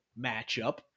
matchup